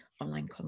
online